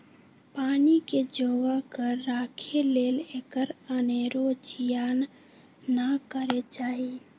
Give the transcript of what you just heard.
पानी के जोगा कऽ राखे लेल एकर अनेरो जियान न करे चाहि